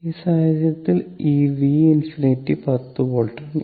ഈ സാഹചര്യത്തിൽ ഇത് V∞ 10 വോൾട്ട് ആണ്